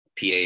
PA